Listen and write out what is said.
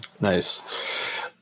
Nice